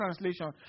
translation